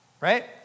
right